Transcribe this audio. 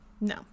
No